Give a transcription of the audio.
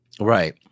Right